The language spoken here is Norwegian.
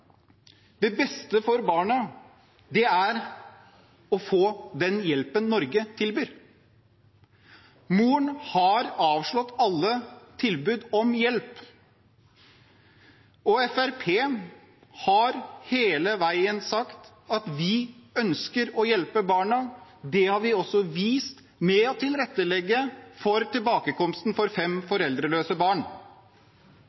Det beste for barna er å få den hjelpen Norge tilbyr, men moren har avslått alle tilbud om hjelp. Fremskrittspartiet har hele veien sagt at vi ønsker å hjelpe barna, og det har vi også vist ved å tilrettelegge for tilbakekomst av fem